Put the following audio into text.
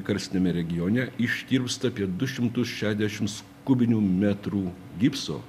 karstiniame regione ištirpsta apie du šimtus šešiasdešimts kubinių metrų gipso